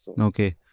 Okay